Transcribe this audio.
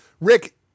Rick